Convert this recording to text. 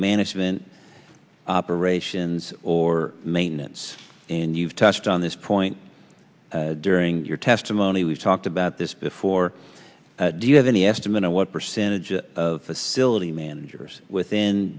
management operations or maintenance and you've touched on this point during your testimony we've talked about this before do you have any estimate of what percentage of civility managers within